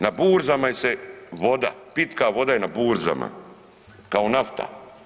Na burzama je se voda, pitka voda je na burzama kao nafta.